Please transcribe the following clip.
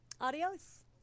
adios